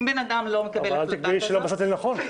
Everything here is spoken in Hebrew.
אם בן אדם לא מקבל החלטה כזאת -- אבל אל תקבעי שלא מצאתי לנכון.